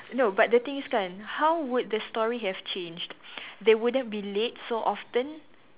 no but the thing is kan how would the story have changed they wouldn't be late so often